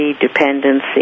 dependency